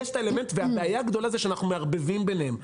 אבל הבעיה הגדולה היא שאנחנו מערבבים בין שני הדברים האלה,